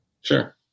Sure